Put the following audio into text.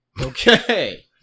Okay